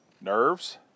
nerves